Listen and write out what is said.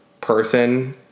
person